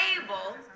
table